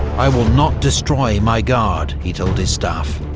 i will not destroy my guard, he told his staff,